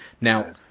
Now